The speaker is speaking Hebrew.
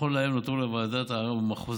נכון להיום נותרו לוועדת הערר במחוז